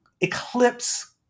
eclipse